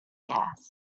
gas